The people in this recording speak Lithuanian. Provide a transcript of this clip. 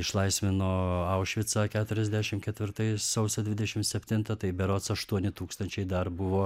išlaisvino aušvicą keturiasdešim ketvirtais sausio dvidešim septintą tai berods aštuoni tūkstančiai dar buvo